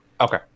okay